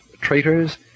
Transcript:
traitors